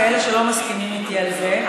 כאלה שלא מסכימים איתי על זה,